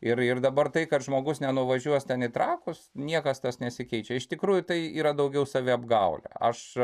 ir ir dabar tai kad žmogus nenuvažiuos ten į trakus niekas nesikeičia iš tikrųjų tai yra daugiau saviapgaulė aš